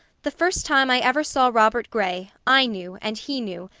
the first time i ever saw robert gray, i knew, and he knew,